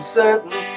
certain